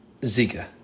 Zika